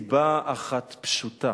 מסיבה אחת פשוטה: